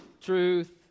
truth